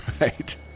right